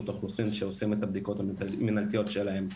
האוכלוסין שעושים את הבדיקות המנהלתיות שלהם,